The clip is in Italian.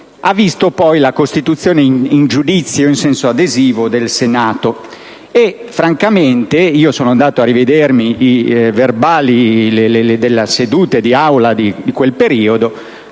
ha visto poi la costituzione in giudizio in senso adesivo del Senato. Francamente (sono andato a rivedermi i resoconti delle sedute di Aula di quel periodo)